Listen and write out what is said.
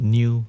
New